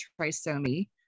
trisomy